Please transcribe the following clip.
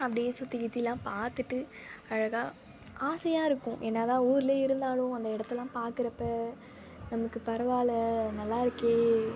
அப்படியே சுற்றி கிற்றிலாம் பார்த்துட்டு அழகாக ஆசையாக இருக்கும் என்ன தான் ஊர்லையே இருந்தாலும் அந்த இடத்தெல்லாம் பார்க்குறப்ப நமக்கு பரவாயில்ல நல்லா இருக்கே